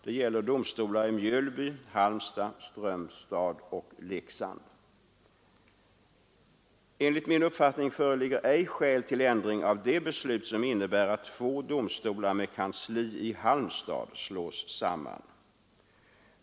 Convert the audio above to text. Det gäller domstolar i Mjölby, Halmstad, Strömstad och Leksand. Enligt min uppfattning föreligger ej skäl till ändring av det beslut som innebär att två domstolar med kansli i Halmstad slås samman.